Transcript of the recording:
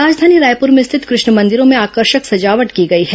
राजधानी रायपुर में स्थित कृष्ण मंदिरों में आकर्षक सजावट की गई है